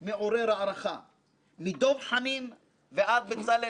רק טובת הציבור עמדה לנגד עינינו.